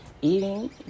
eating